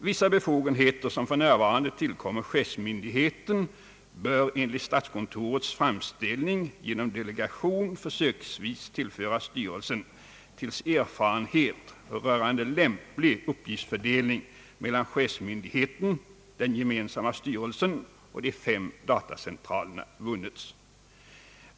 Vissa befogenheter som för närvarande tillkommer chefsmyndigheten bör enligt statskontorets framställning genom delegation försöksvis tillföras styrelsen tills erfarenhet rörande lämplig uppgiftsfördelning mellan chefsmyndigheten, den gemensamma styrelsen och de fem datacentralerna vunnits.